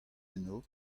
eno